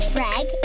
Greg